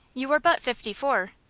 you are but fifty-four.